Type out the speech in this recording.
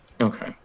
okay